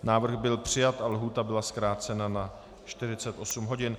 Návrh byl přijat a lhůta byla zkrácena na 48 hodin.